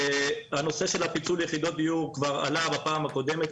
הנושא של פיצול יחידות דיור כבר עלה בפעם הקודמת,